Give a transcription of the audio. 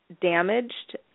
damaged